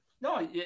No